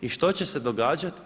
I što će se događat?